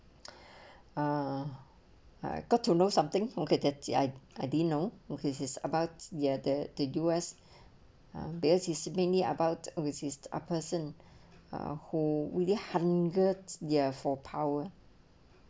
uh I got to know something forget that the I I didn't know who his is about ya their the the U_S because is mainly about overseas or person ah how will the hundred ya for power